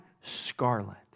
scarlet